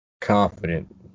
confident